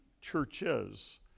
churches